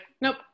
Nope